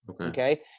okay